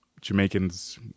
Jamaicans